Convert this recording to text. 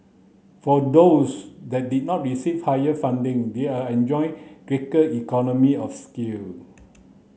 for those that did not receive higher funding they are enjoying greater economy of scale